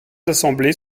assemblées